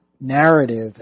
narrative